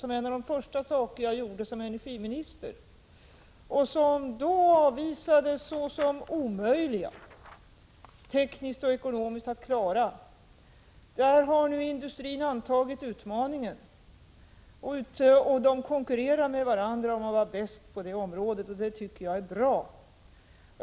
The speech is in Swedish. Det var en av de första åtgärder jag vidtog som energiminister. Dessa avvisades då som omöjliga, tekniskt och ekonomiskt, att klara. Industrin har nu antagit denna utmaning, och företagen konkurrerar med varandra om att vara bäst på detta område. Det tycker jag är bra.